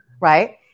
Right